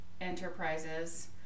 Enterprises